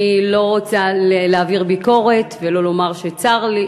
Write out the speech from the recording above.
אני לא רוצה להעביר ביקורת ולא לומר שצר לי,